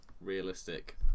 realistic